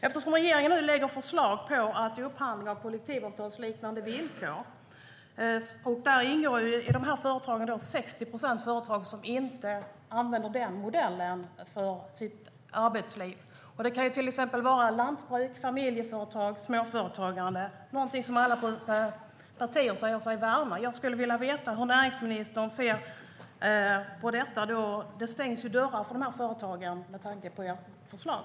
Regeringen lägger nu fram förslag på att upphandla av dem som har kollektivavtalsliknande villkor. Bland företagen är det 60 procent som inte använder denna modell för sitt arbetsliv. Det kan till exempel vara lantbruk, familjeföretag eller småföretagare - någonting som alla partier säger sig värna. Jag skulle vilja veta hur näringsministern ser på detta. Det stängs ju dörrar för dessa företag med tanke på ert förslag.